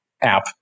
app